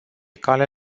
cale